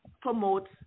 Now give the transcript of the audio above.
promote